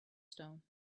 stone